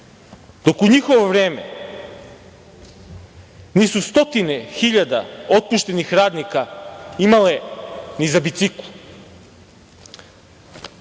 dok u njihovo vreme stotine hiljada otpuštenih radnika nije imalo ni za biciklu,